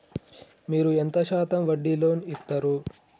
మీరు ఎంత శాతం వడ్డీ లోన్ ఇత్తరు?